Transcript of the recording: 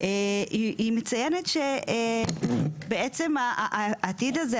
היא מציינת שהעתיד הזה,